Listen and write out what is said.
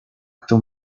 kto